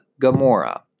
Gamora